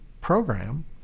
program